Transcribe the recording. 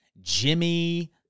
Jimmy